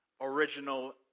original